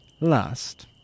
Last